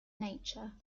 nature